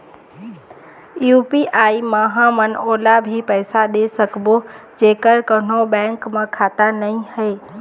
UPI मे हमन ओला भी पैसा दे सकबो जेकर कोन्हो बैंक म खाता नई हे?